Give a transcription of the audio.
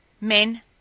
Men